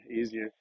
easier